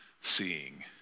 seeing